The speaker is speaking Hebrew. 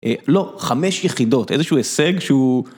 לא, חמש יחידות, איזשהו הישג שהוא